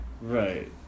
Right